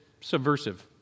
subversive